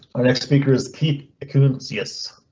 our next speaker is keith koon cs.